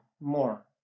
more